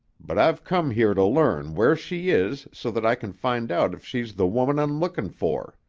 but i've come here to learn where she is so that i can find out if she's the woman i'm lookin' for.